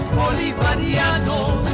bolivarianos